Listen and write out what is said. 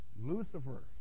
Lucifer